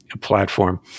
Platform